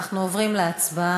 אנחנו עוברים להצבעה.